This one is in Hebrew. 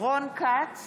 רון כץ,